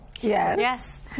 Yes